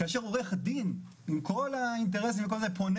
כאשר עורך דין עם כל האינטרסים וכל זה פונה